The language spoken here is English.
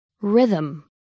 Rhythm